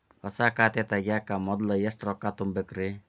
ಹೊಸಾ ಖಾತೆ ತಗ್ಯಾಕ ಮೊದ್ಲ ಎಷ್ಟ ರೊಕ್ಕಾ ತುಂಬೇಕ್ರಿ?